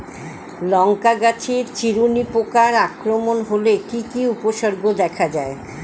লঙ্কা গাছের চিরুনি পোকার আক্রমণ হলে কি কি উপসর্গ দেখা যায়?